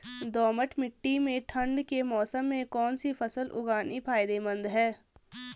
दोमट्ट मिट्टी में ठंड के मौसम में कौन सी फसल उगानी फायदेमंद है?